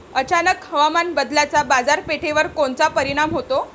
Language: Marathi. अचानक हवामान बदलाचा बाजारपेठेवर कोनचा परिणाम होतो?